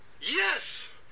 Yes